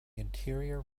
interior